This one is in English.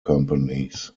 companies